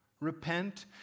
Repent